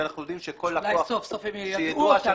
כשאנחנו יודעים שכל לקוח --- אולי סוף סוף הן יידעו אותם,